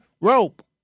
rope